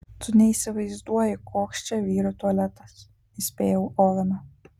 tu neįsivaizduoji koks čia vyrų tualetas įspėjau oveną